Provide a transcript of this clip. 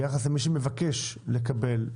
ביחס למי שמבקש לקבל.